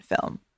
film